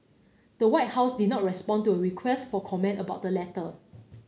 the White House did not respond to a request for comment about the letter